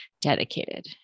dedicated